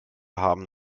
haben